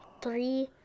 Three